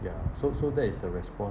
ya so so that is the respond